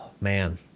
Man